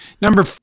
number